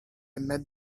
met